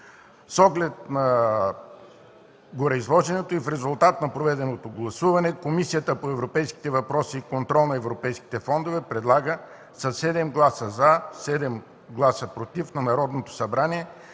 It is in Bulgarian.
С оглед на гореизложеното и в резултат на проведеното гласуване Комисията по европейските въпроси и контрол на европейските фондове предлага (със 7 гласа „за” и 7 гласа „против”) на Народното събрание